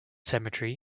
cemetery